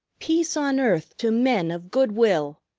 peace on earth to men of good-will!